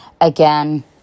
...again